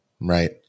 Right